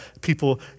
people